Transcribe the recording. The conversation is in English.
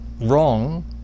wrong